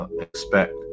expect